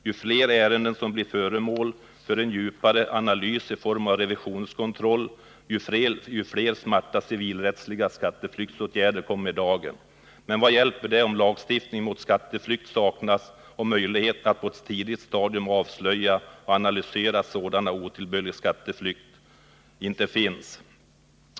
Ju fler ärenden som blir föremål för en djupare analys i form av revisionskontroll, ju fler ”smarta” civilrättsliga skatteflyktsåtgärder kommer i dagen. Men vad hjälper det om lagstiftning mot skatteflykt saknas och möjligheterna att på ett tidigt stadium avslöja och analysera sådan otillbörlig skatteflykt inte finns?